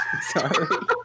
sorry